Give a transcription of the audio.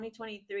2023